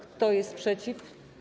Kto jest przeciw?